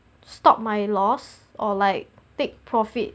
stop my loss or like take profit